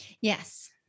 Yes